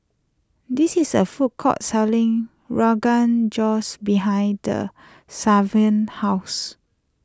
this is a food court selling Rogan Joshs behind Savon's house